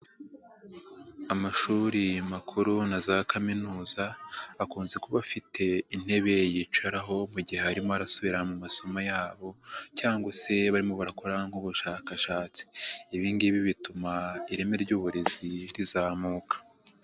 Amashuri makuru na za kaminuza akunze kuba afite intebe yicaraho mu gihe harimo arasubira mu masomo yabo cyangwa se barimo barakora nk'ubushakashatsi, ibi ngibi bituma ireme ry'uburezi rizamuka.